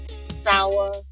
sour